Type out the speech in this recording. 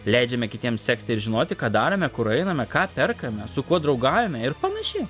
leidžiame kitiems sekti ir žinoti ką darome kur einame ką perkame su kuo draugaujame ir panašiai